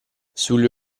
sulle